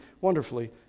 wonderfully